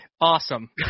Awesome